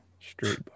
Straight